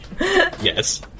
Yes